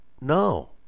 no